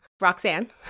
Roxanne